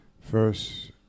first